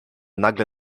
nagle